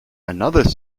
another